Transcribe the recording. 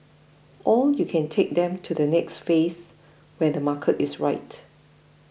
and you can take them to the next phase when the market is right